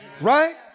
Right